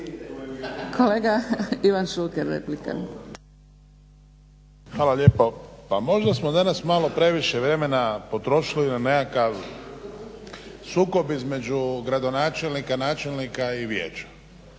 Kolega Ivan Šuker, replika. **Šuker, Ivan (HDZ)** Hvala lijepo. Pa možda smo danas malo previše vremena potrošili na nekakav sukob između gradonačelnika, načelnika i vijeća.